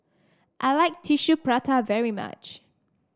I like Tissue Prata very much